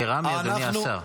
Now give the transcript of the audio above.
זה קרמי, אדוני השר.